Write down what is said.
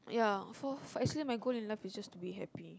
yeah so actually my goal in life is just to be happy